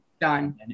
Done